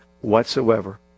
whatsoever